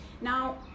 Now